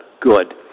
good